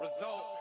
Result